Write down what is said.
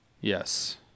Yes